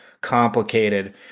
complicated